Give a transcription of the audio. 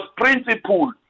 principle